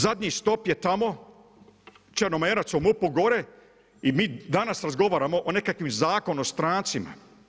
Zadnji stop je tamo Črnomerac u MUP-u gore i mi danas razgovaramo o nekakvom Zakonu o strancima.